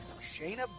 Shayna